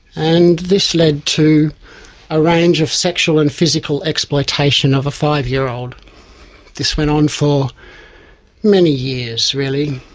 and this led to a range of sexual and physical exploitation of a five-year-old. this went on for many years really,